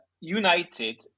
united